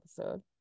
episode